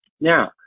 Now